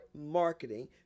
marketing